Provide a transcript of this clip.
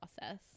process